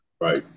right